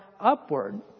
upward